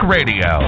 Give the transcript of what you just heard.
Radio